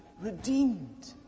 redeemed